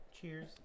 cheers